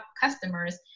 customers